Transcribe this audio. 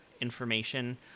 information